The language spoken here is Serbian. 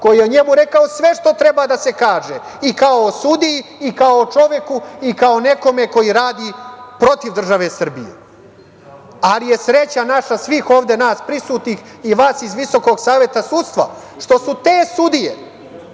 koji je o njemu rekao sve što treba da se kaže i kao o sudiji i kao o čoveku i kao o nekome ko radi protiv države Srbije. Sreća je ovde svih nas ovde prisutnih i vas iz Visokog saveta sudstva što su te sudije